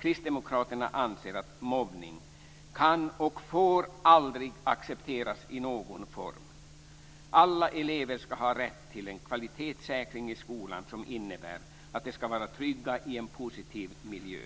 Kristdemokraterna anser att mobbning aldrig kan och får accepteras i någon form. Alla elever ska ha rätt till en kvalitetssäkring i skolan som innebär att de ska vara trygga i en positiv miljö.